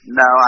no